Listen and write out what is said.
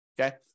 Okay